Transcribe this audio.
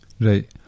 Right